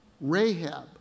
Rahab